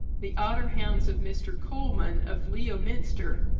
the otter-hounds of mr. coleman, of leominster,